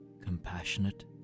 Compassionate